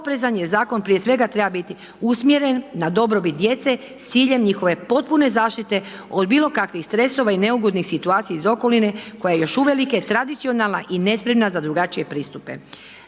oprezan jer zakon prije svega treba biti usmjeren na dobrobit djece s ciljem njihove potpune zaštite od bilo kakvih stresova i neugodnih situacija iz okoline koja je još uvelike tradicionalna i nespremna za drugačije pristupe.